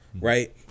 right